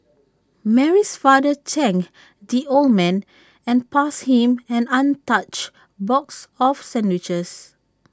Mary's father thanked the old man and passed him an untouched box of sandwiches